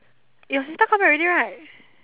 eh your sister come back already right